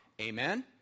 Amen